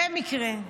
במקרה,